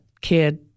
kid